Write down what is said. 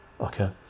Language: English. okay